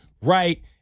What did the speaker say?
right